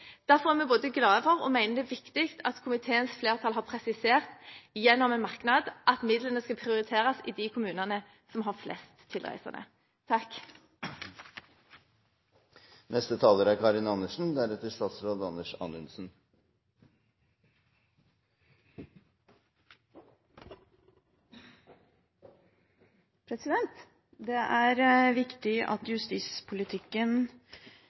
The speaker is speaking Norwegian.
Derfor er vi både glad for og mener det er viktig at komiteens flertall har presisert i en merknad at midlene skal prioriteres der de kommunene er som har flest tilreisende. Det er viktig at justispolitikken beskytter innbyggerne og også våre institusjoner mot kriminalitet, men det er også viktig at